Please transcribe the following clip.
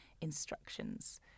instructions